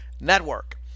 Network